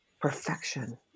perfection